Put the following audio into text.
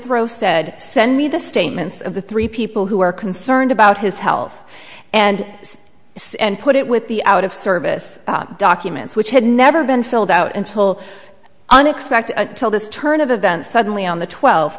rose said send me the statements of the three people who are concerned about his health and put it with the out of service documents which had never been filled out until unexpected until this turn of events suddenly on the twelfth